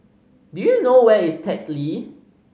do you know where is Teck Lee